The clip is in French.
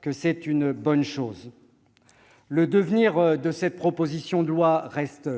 que c'est une bonne chose. Le devenir de cette proposition de loi reste